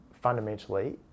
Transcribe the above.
fundamentally